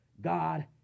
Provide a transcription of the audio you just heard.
God